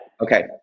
okay